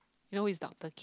you know who is doctor